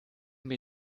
mir